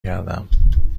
گردم